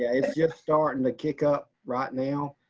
yeah, it's just starting to kick up right now.